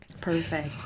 Perfect